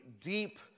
deep